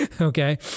okay